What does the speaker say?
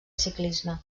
ciclisme